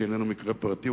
שאיננו מקרה פרטי,